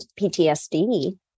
PTSD